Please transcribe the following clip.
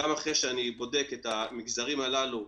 גם אחרי שאני בודק את המגזרים הללו,